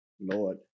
Lord